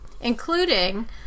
including